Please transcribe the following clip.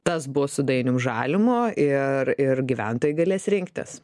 tas buvo su dainium žalimu ir ir gyventojai galės rinktis